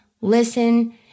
listen